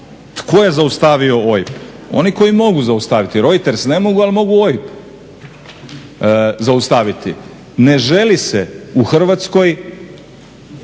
tko je zaustavio OIB? Oni koji mogu zaustaviti. Reuters ne mogu, ali mogu OIB zaustaviti. Ne želi se u Hrvatskoj